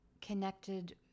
connected